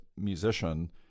musician